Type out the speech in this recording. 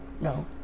No